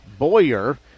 Boyer